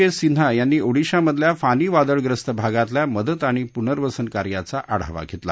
के सिन्हा यांनी ओडिशामधल्या फानी वादळग्रस्त भागातल्या मदत आणि पुर्नवसन कामाचा आढावा घेतला